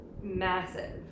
massive